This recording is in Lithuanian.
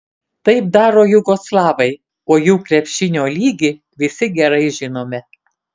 taip daro jugoslavai o jų krepšinio lygį visi gerai žinome